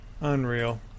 Unreal